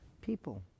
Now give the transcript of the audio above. People